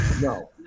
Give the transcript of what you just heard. No